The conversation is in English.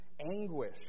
anguish